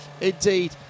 indeed